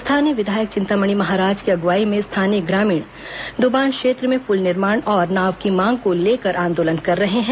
स्थानीय विधायक चिंतामणी महाराज की अग्वाई में स्थानीय ग्रामीण डूबान क्षेत्र में पुल निर्माण और नाव की मांग को लेकर आंदोलन कर रहे हैं